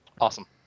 Awesome